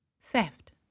Theft